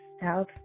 South